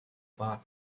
part